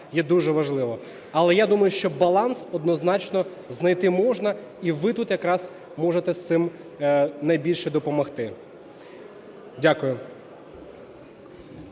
є дуже важливі. Але я думаю, що баланс однозначно знайти можна, і ви тут якраз можете з цим найбільше допомогти. Дякую.